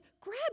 grab